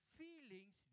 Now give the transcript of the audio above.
feelings